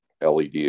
LED